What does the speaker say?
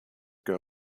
ago